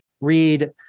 read